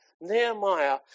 Nehemiah